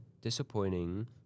disappointing